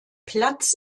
platz